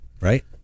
right